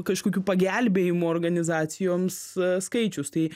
kažkokių pagelbėjimo organizacijoms skaičius tai